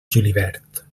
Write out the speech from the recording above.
julivert